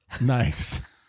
Nice